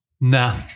Nah